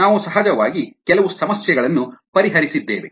ನಾವು ಸಹಜವಾಗಿ ಕೆಲವು ಸಮಸ್ಯೆಗಳನ್ನು ಪರಿಹರಿಸಿದ್ದೇವೆ